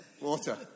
Water